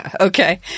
Okay